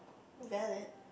valid